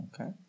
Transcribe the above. Okay